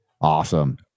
Awesome